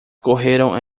correram